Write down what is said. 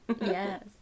yes